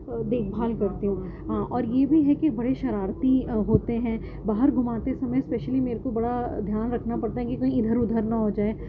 دیکھ بھال کرتی ہوں ہاں اور یہ بھی ہے کہ بڑے شرارتی ہوتے ہیں باہر گھماتے سمے اسپیشلی میرے کو بڑا دھیان رکھنا پڑتا ہے کہ کہیں ادھر ادھر نہ ہو جائے